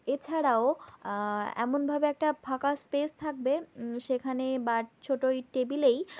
এছাড়াও এমনভাবে একটা ফাঁকা স্পেস থাকবে সেখানে বা ছোট ওই টেবিলেই